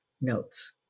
notes